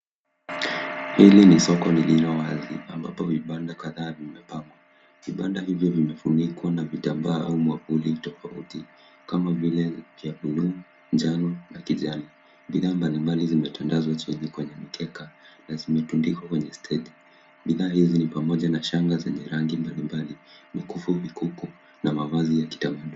Hili ni soko lililo wazi ambapo vibanda kadhaa vimepangwa vibanda hivyo vina vitambaa au mwavuli tofauti ya rangi ya njano na kijani. Bidhaa mbali mbali zime tandazwa chini kwenye mkeka na zimetundikwa kwenye stendi, bidhaa hizo nikama shanga ya rangi mbali mbalii, mikufu, vikuku na mavazi ya kitamaduni.